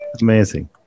Amazing